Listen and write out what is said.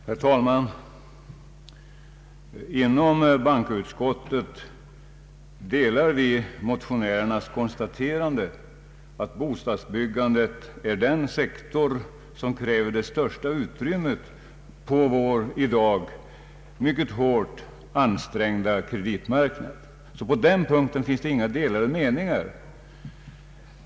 Herr talman! Inom bankoutskottet delar vi motionärernas konstaterande att bostadsbyggandet är den sektor som kräver det största utrymmet på vår i dag mycket hårt ansträngda kreditmarknad. På den punkten finns det således inga olika meningar.